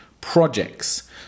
projects